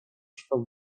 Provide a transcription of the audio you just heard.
trwał